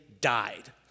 died